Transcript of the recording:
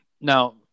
now